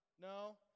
No